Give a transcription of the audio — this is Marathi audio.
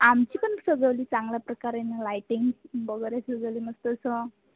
आमची पण सजवली चांगल्या प्रकारे लायटिंग वगैरे सजवली मस्त असं